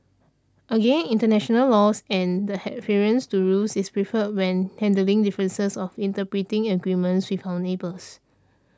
again international laws and the to rules is preferred when handling differences of interpreting agreements with our neighbours